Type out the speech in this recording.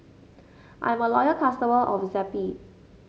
I'm a loyal customer of Zappy